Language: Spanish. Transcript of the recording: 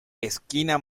esquina